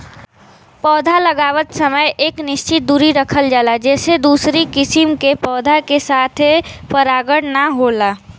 पौधा लगावत समय एक निश्चित दुरी रखल जाला जेसे दूसरी किसिम के पौधा के साथे परागण ना होला